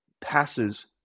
passes